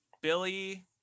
Billy